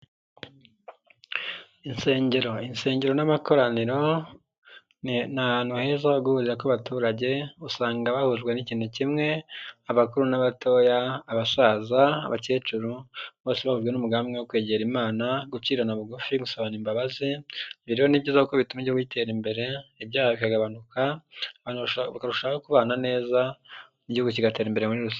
Insengero. Insengero n'amakoraniro ni ahantu heza ho guhurira kw'abaturage, usanga bahujwe n'ikintu kimwe, abakuru n'abatoya abasaza abakecuru, bose bahujwe n'umugambi wo kwegera Imana, gucirana bugufi gusabanaba imbabazi, ibyo reroho ni byiza kuko bituma igihugu gitera imbere, ibyaha bikagabanuka, abantu bakarushaho kubana neza mu gihugu kigatera imbere muri rusange.